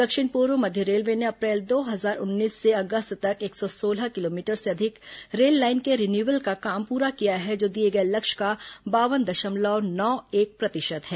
दक्षिण पूर्व मध्य रेलवे ने अप्रैल दो हजार उन्नीस से अगस्त तक एक सौ सोलह किलोमीटर से अधिक रेललाइन के रिनिवल का काम पूरा किया है जो दिए गए लक्ष्य का बावन दशमलव नौ एक प्रतिशत है